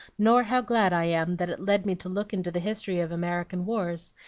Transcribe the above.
nor how glad i am that it led me to look into the history of american wars,